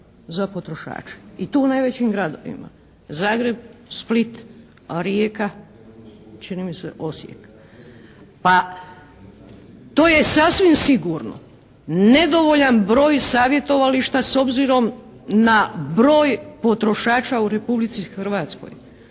za potrošače, i to u najvećim gradovima Zagreb, Split, Rijeka, čini mi se Osijek. Pa to je sasvim sigurno nedovoljan broj savjetovališta s obzirom na broj potrošača u Republici Hrvatskoj.